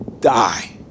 die